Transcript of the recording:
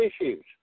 issues